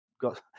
got